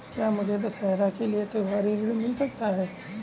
क्या मुझे दशहरा के लिए त्योहारी ऋण मिल सकता है?